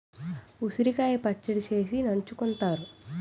ఉసిరికాయ పచ్చడి చేసి నంచుకుంతారు